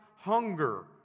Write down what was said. Hunger